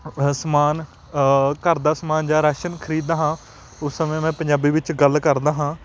ਸਮਾਨ ਘਰ ਦਾ ਸਮਾਨ ਜਾਂ ਰਾਸ਼ਨ ਖਰੀਦਦਾ ਹਾਂ ਉਸ ਸਮੇਂ ਮੈਂ ਪੰਜਾਬੀ ਵਿੱਚ ਗੱਲ ਕਰਦਾ ਹਾਂ